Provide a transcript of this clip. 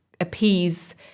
appease